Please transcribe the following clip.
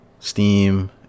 Steam